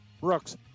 Brooks